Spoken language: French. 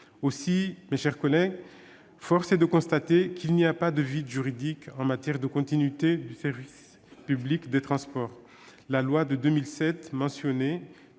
Aussi, mes chers collègues, force est de constater qu'il n'y a pas de vide juridique en matière de continuité du service public des transports. La loi de 2007 mentionnée